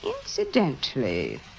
Incidentally